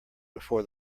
before